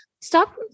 stop